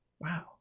Wow